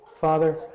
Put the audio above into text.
Father